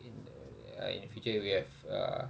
in uh uh in the future we have uh